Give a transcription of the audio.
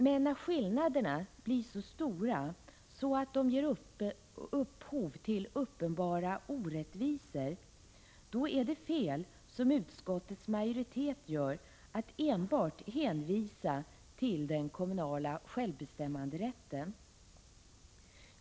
Men när skillnaderna blir så stora att det ger upphov till uppenbara orättvisor är det fel att, som utskottets majoritet gör, enbart hänvisa till den kommunala självbestämmanderätten.